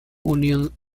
unión